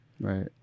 Right